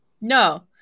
No